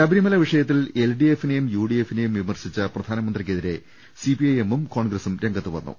ശബരിമല വിഷയത്തിൽ L D എഫിനെയും U D F നെയും വിമർശിച്ച പ്രധാനമന്ത്രിക്കെതിരെ സി പി ഐ എമ്മും കോൺഗ്രസും രംഗത്തുവന്നു